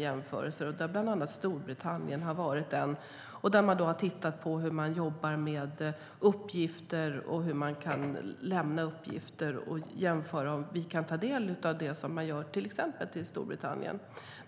Där har Storbritannien varit med, och man har tittat på hur de jobbar med uppgifter och hur uppgifter kan lämnas. Då kan man jämföra och se om vi kan ta del av det som de gör i till exempel Storbritannien.